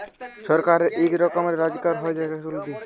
ছরকারের ইক রকমের রজগার হ্যয় ই ট্যাক্স গুলা দিঁয়ে